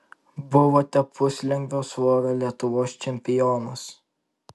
buvote puslengvio svorio lietuvos čempionas